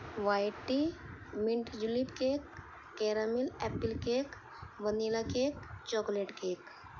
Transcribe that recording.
whitey mint julep cake caramel apple cake vanilla cake chocolate cake